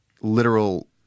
literal